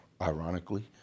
ironically